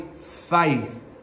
faith